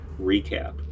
recap